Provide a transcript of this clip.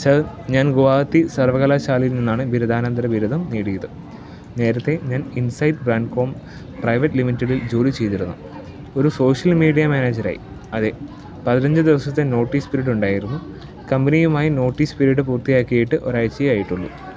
sir ഞാൻ ഗുവാഹത്തി സർവകലാശാലയിൽ നിന്നാണ് ബിരുദാനന്തര ബിരുദം നേടിയത് നേരത്തെ ഞാൻ ഇൻസൈറ്റ് ബ്രാൻഡ്കോം പ്രൈവറ്റ് ലിമിറ്റഡിൽ ജോലി ചെയ്തിരുന്നു ഒരു സോഷ്യൽ മീഡിയ മാനേജരായി അതെ പതിനഞ്ച് ദിവസത്തെ നോട്ടീസ് പിരീഡുണ്ടായിരുന്നു കമ്പനിയുമായി നോട്ടീസ് പീരിയഡ് പൂർത്തിയാക്കിയിട്ട് ഒരാഴ്ചയേ ആയിട്ടുള്ളൂ